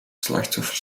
slachtoffer